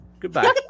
Goodbye